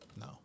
No